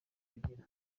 kugira